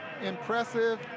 Impressive